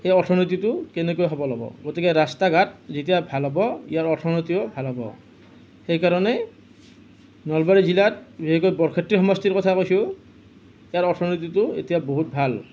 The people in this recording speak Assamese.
সেই অৰ্থনীতিটো কেনেকৈ সবল হ'ব গতিকে ৰাস্তা ঘাট যেতিয়া ভাল হ'ব ইয়াৰ অৰ্থনীতিও ভাল হ'ব সেইকাৰণে নলবাৰী জিলাত বিশেষকৈ বৰক্ষেত্ৰী সমষ্টিৰ কথা কৈছোঁ ইয়াৰ অৰ্থনীতিটো এতিয়া বহুত ভাল